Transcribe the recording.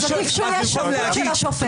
צריך שהוא יהיה שפוט של השופט.